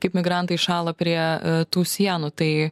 kaip migrantai šąla prie tų sienų tai